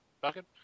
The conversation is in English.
Bucket